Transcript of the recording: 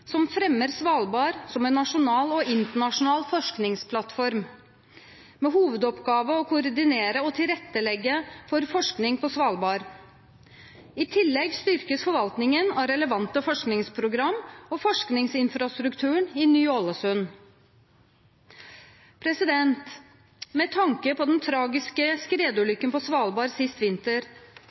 som fremmer Svalbard som en nasjonal og internasjonal forskningsplattform med hovedoppgave å koordinere og tilrettelegge for forskning på Svalbard. I tillegg styrkes forvaltningen av relevante forskningsprogram og forskningsinfrastrukturen i Ny-Ålesund. Med tanke på den tragiske skredulykken på Svalbard sist vinter